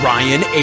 Ryan